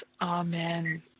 Amen